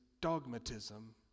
dogmatism